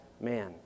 man